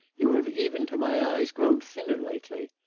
you have even to my eyes grown thinner lately.